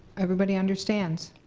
everybody understands?